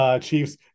Chiefs